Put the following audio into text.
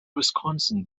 wisconsin